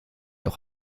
auch